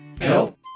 Help